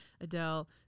Adele